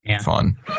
fun